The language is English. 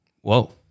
Whoa